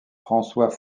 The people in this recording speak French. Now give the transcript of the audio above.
françois